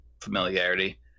familiarity